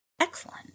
Excellent